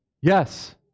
Yes